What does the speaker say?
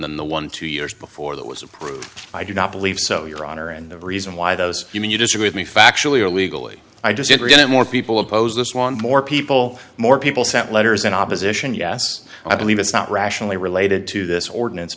than the one two years before that was approved i do not believe so your honor and the reason why those you mean you disagree with me factually or legally i just get more people oppose this want more people more people sent letters in opposition yes i believe it's not rationally related to this ordinance